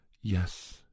yes